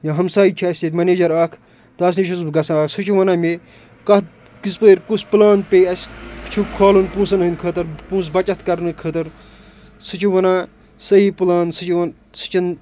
یا ہمساے چھِ اَسہِ ییٚتہِ منیجَر اَکھ تَس نِش چھُس بہٕ گژھان سُہ چھُ وَنان مے کَتھ کِژپٲرۍ کُس پٕلان پے اَسہِ اَسہِ چھُ کھولُن پونٛسَن ہِنٛدۍ خٲطرٕ پونٛسہٕ بَچَت کرنہٕ خٲطر سُہ چھُ ونان صحیح پٕلان سُہ چھِ وۄنۍ سُہ چھِنہٕ